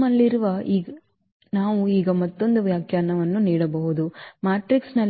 ನಮ್ಮಲ್ಲಿರವ ನಾವು ಈಗ ಮತ್ತೊಂದು ವ್ಯಾಖ್ಯಾನವನ್ನು ನೀಡಬಹುದು ಮ್ಯಾಟ್ರಿಕ್ಸ್ನ